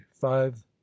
five